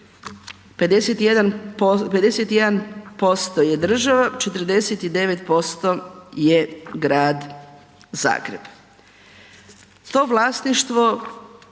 51% je država, 49% je Grad Zagreb. To vlasništvo